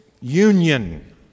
union